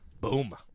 Boom